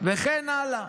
וכן הלאה.